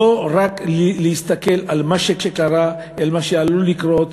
לא רק להסתכל על מה שקרה אלא על מה שעלול לקרות,